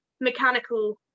mechanical